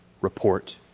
report